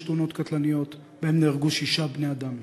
תאונות קטלניות ונהרגו בהן שישה בני-אדם: